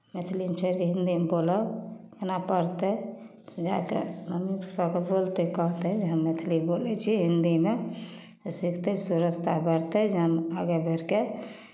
मैथिलीमे छोड़ि कऽ हिंदीमे बोलब केना पढ़तै जाइके मम्मी पापाकेँ बोलतै कहतै जे हम मैथिली बोलै छी हिंदीमे सिखतै सुविस्ता बढ़तै जे हम आगे बढ़ि कऽ